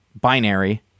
binary